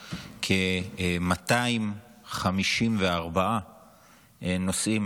באירופה, כ-254 נוסעים